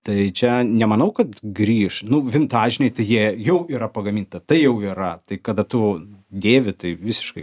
tai čia nemanau kad grįš nu vintažiniai tau jie jau yra pagaminta tai jau yra tai kada tu dėvi tai visiškai